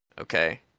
okay